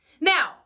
Now